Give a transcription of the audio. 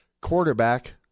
quarterback